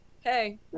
hey